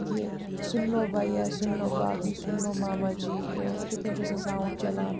کہِ سُن لو بَیا سُن لو بابی سُن لو ماما جی یِتھَے کٔنۍ چھُ آسان ساوُنٛڈ چَلان